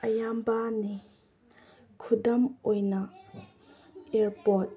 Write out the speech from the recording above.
ꯑꯌꯥꯝꯕꯅꯤ ꯈꯨꯗꯝ ꯑꯣꯏꯅ ꯏꯌꯔꯄꯣꯠ